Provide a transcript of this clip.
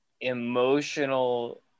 emotional